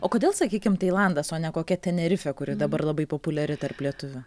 o kodėl sakykim tailandas o ne kokia tenerifė kuri dabar labai populiari tarp lietuvių